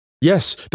Yes